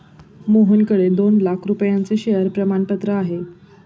मोहनकडे दोन लाख रुपयांचे शेअर प्रमाणपत्र आहे